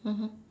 mmhmm